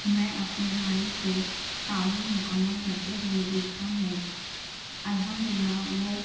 میں اپنے بھائی کو تعلیم مکمل کرتے ہوئے دیکھا ہے الحمد اللہ وہ